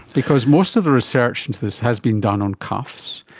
because most of the research into this has been done on cuffs,